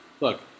look